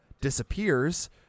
disappears